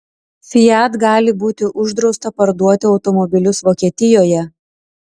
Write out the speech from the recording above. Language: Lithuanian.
fiat gali būti uždrausta parduoti automobilius vokietijoje